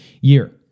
year